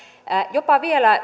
jopa vielä